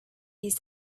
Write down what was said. his